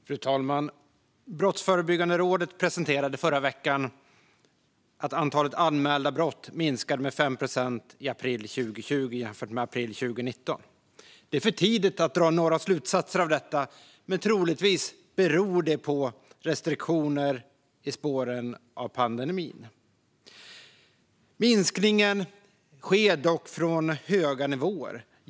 Fru talman! Brottsförebyggande rådet presenterade förra veckan att antalet anmälda brott minskade med 5 procent i april 2020 jämfört med april 2019. Det är för tidigt att dra några slutsatser av detta. Men troligtvis beror det på restriktioner i spåren av pandemin. Minskningen sker dock från höga nivåer.